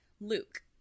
Luke